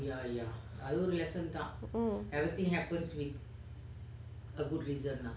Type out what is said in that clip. mm